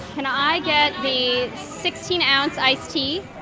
can i get the sixteen ounce iced tea?